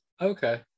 Okay